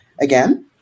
again